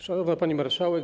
Szanowna Pani Marszałek!